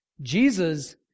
Jesus